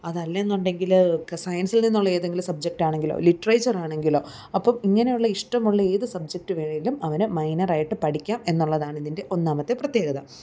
അതല്ല എന്നുണ്ടെങ്കിൽ സയൻസിൽ നിന്നുള്ള ഏതെങ്കിലും സബ്ജക്ട് ആണെങ്കിലോ ലിട്രറേച്ചർ ആണെങ്കിലോ അപ്പോൾ ഇങ്ങനെയുള്ള ഇഷ്ടമുള്ള ഏത് സബ്ജക്റ്റ് വേണമെങ്കിലും അവന് മൈനറായിട്ട് പഠിക്കാം എന്നുള്ളതാണ് ഇതിൻ്റെ ഒന്നാമത്തെ പ്രത്യേകത